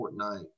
Fortnite